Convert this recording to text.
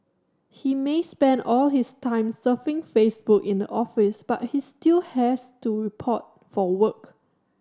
he may spend all his time surfing Facebook in the office but he still has to report for work